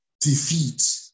defeat